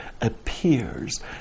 appears